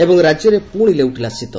ଏବଂ ରାଜ୍ୟରେ ପୁଣି ଲେଉଟିଲା ଶୀତ